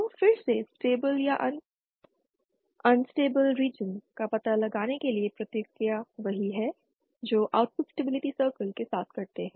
तो फिर से स्टेबिल या अनस्टेबिल रीजन का पता लगाने के लिए प्रक्रिया वही है जो हम आउटपुट स्टेबिलिटी सर्कल के साथ करते हैं